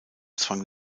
zwang